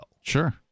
Sure